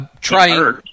Trying